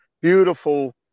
Beautiful